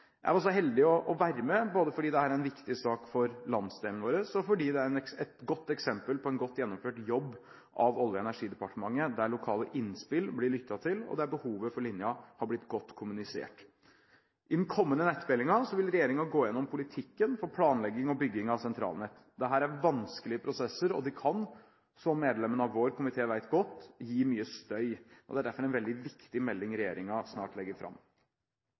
Jeg var så heldig å være med, både fordi det er en viktig sak for landsdelen vår, og fordi det er et eksempel på en godt gjennomført jobb av Olje- og energidepartementet, der lokale innspill blir lyttet til, og der behovet for linjen har blitt godt kommunisert. I den kommende nettmeldingen vil regjeringen gå gjennom politikken for planlegging og bygging av sentralnett. Dette er vanskelige prosesser, og de kan, som medlemmene av vår komité vet godt, gi mye støy. Det er derfor en veldig viktig melding regjeringen snart legger fram.